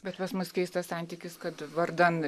bet pas mus keistas santykis kad vardan